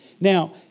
Now